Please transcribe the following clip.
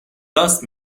راست